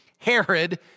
Herod